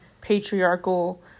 patriarchal